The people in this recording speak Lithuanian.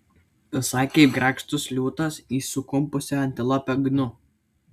visai kaip grakštus liūtas į sukumpusią antilopę gnu